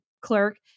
clerk